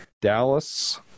Dallas